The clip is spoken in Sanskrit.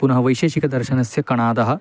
पुनः वैशेषिकदर्शनस्य कणादः